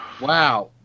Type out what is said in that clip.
Wow